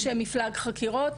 יש מפלג חקירות,